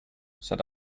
said